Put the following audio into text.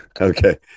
Okay